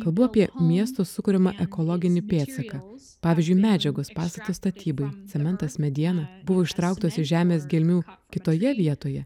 kalbu apie miesto sukuriamą ekologinį pėdsaką pavyzdžiui medžiagos pastato statybai cementas mediena buvo ištrauktos iš žemės gelmių kitoje vietoje